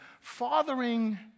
fathering